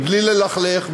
מבלי ללכלך,